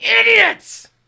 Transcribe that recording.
idiots